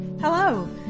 Hello